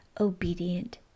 obedient